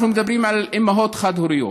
אנחנו מדברים על אימהות חד-הוריות,